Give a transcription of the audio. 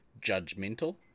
judgmental